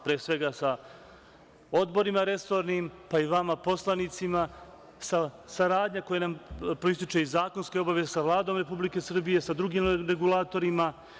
Pre svega sa odborima resornim, pa i vama poslanicima, saradnja koja nam proističe iz zakonske obaveze sa Vladom Republike Srbije, sa drugim regulatorima.